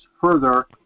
further